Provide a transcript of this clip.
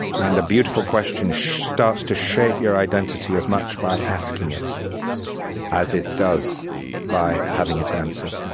and a beautiful question starts to shape your identity as much by asking it as it does by having it answered. yeah